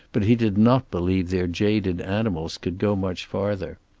but he did not believe their jaded animals could go much farther.